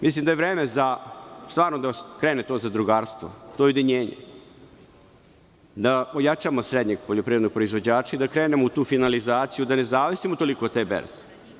Mislim da je vreme da stvarno krene to zadrugarstvo, to ujedinjenje, da ojačamo srednjeg poljoprivrednog proizvođača i da krenemo u tu finalizaciju, da ne zavisimo toliko od te berze.